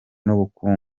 n’ubukungu